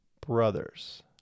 brothers